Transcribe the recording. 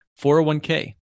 401k